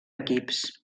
equips